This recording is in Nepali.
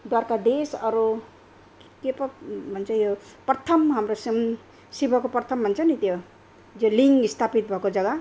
द्वारकादेश अरू के पो भन्छ यो प्रथम हाम्रो शिवको प्रथम भन्छ नि त्यो जो लिङ्ग स्थापित भएको जग्गा